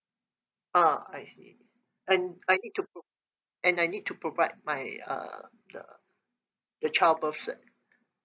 ah I see and I need to pro~ and I need to provide my uh the the child birth cert